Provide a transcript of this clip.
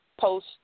post